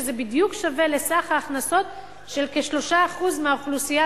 שזה בדיוק שווה לסך ההכנסות של כ-3% מהאוכלוסייה,